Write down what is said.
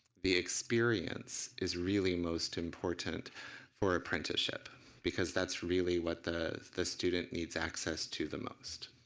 the experience is really most important for apprenticeship because that's really what the the student needs access to the most.